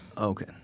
Okay